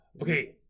Okay